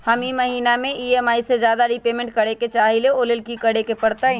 हम ई महिना में ई.एम.आई से ज्यादा रीपेमेंट करे के चाहईले ओ लेल की करे के परतई?